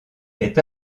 est